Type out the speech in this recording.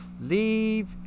leave